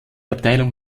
abteilung